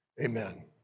Amen